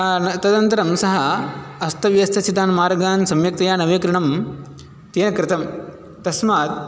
तदनन्तरं सः अस्तव्यस्तस्थितान् मार्गान् सम्यक्तया नवीकरणं तेन कृतं तस्मात्